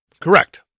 Correct